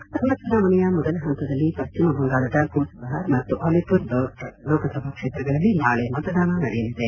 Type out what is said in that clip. ಲೋಕಸಭಾ ಚುನಾವಣೆಯ ಮೊದಲ ಹಂತದಲ್ಲಿ ಪಶ್ಚಿಮ ಬಂಗಾಳದ ಕೂಚ್ ಬಿಹಾರ್ ಮತ್ತು ಅಲಿಪುರ್ ದೌರ್ ಲೋಕಸಭಾ ಕ್ಷೇತ್ರಗಳಲ್ಲಿ ನಾಳೆ ಮತದಾನ ನಡೆಯಲಿದೆ